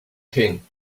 king